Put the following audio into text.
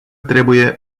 trebuie